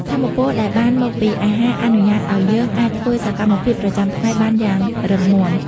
ថាមពលដែលបានមកពីអាហារអនុញ្ញាតឱ្យយើងអាចធ្វើសកម្មភាពប្រចាំថ្ងៃបានយ៉ាងរឹងមាំ។